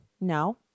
No